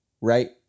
right